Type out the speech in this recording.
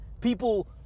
people